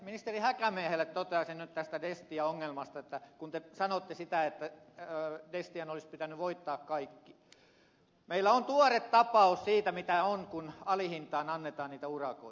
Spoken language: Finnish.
ministeri häkämiehelle toteaisin nyt tästä destia ongelmasta että kun te sanotte sitä että destian olisi pitänyt voittaa kaikki meillä on tuore tapaus siitä mitä on kun alihintaan annetaan niitä urakoita